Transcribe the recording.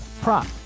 prop